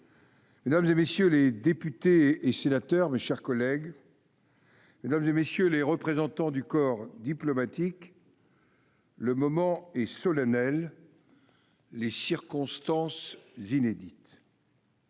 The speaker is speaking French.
mesdames, messieurs les députés et sénateurs, mesdames, messieurs les représentants du corps diplomatique, le moment est solennel, les circonstances inédites.